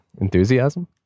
enthusiasm